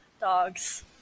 dogs